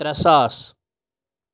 ترٛےٚ ساس